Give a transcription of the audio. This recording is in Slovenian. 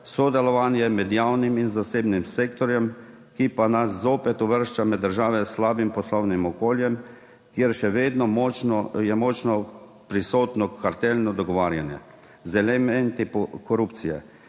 sodelovanje med javnim in zasebnim sektorjem, ki pa nas zopet uvršča med države s slabim poslovnim okoljem, kjer je še vedno močno prisotno kartelno dogovarjanje z elementi korupcije,